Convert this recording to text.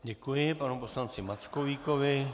Děkuji panu poslanci Mackovíkovi.